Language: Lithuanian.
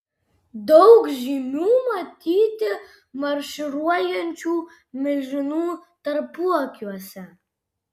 daug žymių matyti marširuojančių milžinų tarpuakiuose